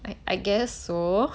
I I guess so